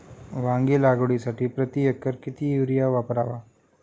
वांगी लागवडीसाठी प्रति एकर किती युरिया वापरावा?